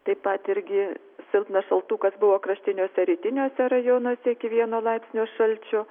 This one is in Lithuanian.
taip pat irgi silpnas šaltukas buvo kraštiniuose rytiniuose rajonuose iki vieno laipsnio šalčio